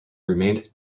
remained